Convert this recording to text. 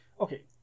okay